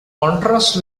contrast